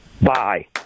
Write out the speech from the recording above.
Bye